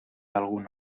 algun